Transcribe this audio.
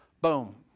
Boom